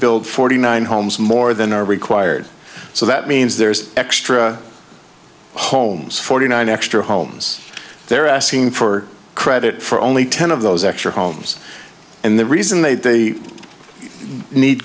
build forty nine homes more than are required so that means there's extra homes forty nine extra homes they're asking for credit for only ten of those extra homes and the reason they